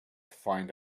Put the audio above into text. find